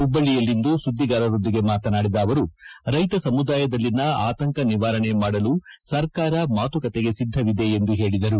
ಹುಬ್ಬಳ್ಳಿಯಲ್ಲಿಂದು ಸುದ್ದಿಗಾರರೊಂದಿಗೆ ಮಾತನಾಡಿದ ಅವರು ರೈತ ಸಮುದಾಯದಲ್ಲಿನ ಆತಂಕ ನಿವಾರಣೆ ಮಾಡಲು ಸರ್ಕಾರ ಮಾತುಕತೆಗೆ ಸಿದ್ದವಿದೆ ಎಂದು ಹೇಳಿದರು